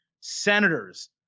senators